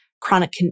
chronic